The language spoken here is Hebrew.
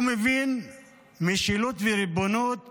הוא מבין משילות וריבונות